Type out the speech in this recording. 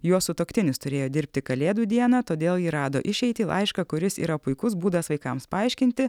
jos sutuoktinis turėjo dirbti kalėdų dieną todėl ji rado išeitį laišką kuris yra puikus būdas vaikams paaiškinti